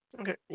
Okay